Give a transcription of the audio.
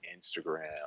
instagram